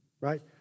right